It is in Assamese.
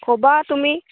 ক'বা তুমি